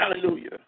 hallelujah